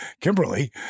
Kimberly